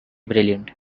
brilliant